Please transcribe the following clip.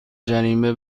جریمه